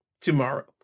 tomorrow